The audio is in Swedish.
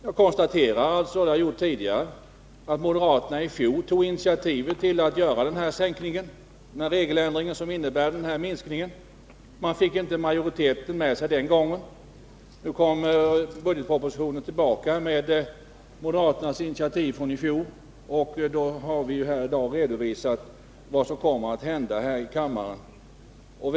Jag konstaterar, som jag har gjort tidigare, att moderaterna i fjol tog initiativet till den regeländring som innebär den här minskningen. Man fick inte majoriteten med sig den gången. Nu kommer budgetpropositionen tillbaka med moderaternas initiativ från i fjol, och vi har i dag redovisat här i kammaren vad som kommer att hända de enskilda vägarna.